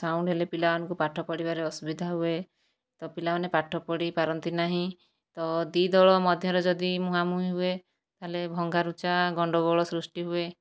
sound ହେଲେ ପିଲାମାନଙ୍କୁ ପାଠ ପଢ଼ିବାରେ ଅସୁବିଧା ହୁଏ ତ ପିଲାମାନେ ପାଠ ପଢ଼ି ପାରନ୍ତି ନାହିଁ ତ ଦୁଇ ଦଳ ମଧ୍ୟରେ ଯଦି ମୁହାଁମୁହିଁ ହୁଏ ତା'ହେଲେ ଭଙ୍ଗାରୁଜା ଗଣ୍ଡଗୋଳ ସୃଷ୍ଟି ହୁଏ